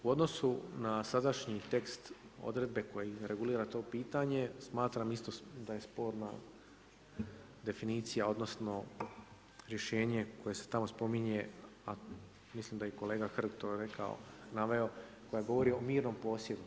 U odnosu na sadašnji tekst odredbe koji regulira to pitanja, smatram isto da je sporna definicija, odnosno, rješenje koje se tamo spominje, a mislim da je i kolega Hrg to rekao, naveo, koja govori o mirnom posjedom.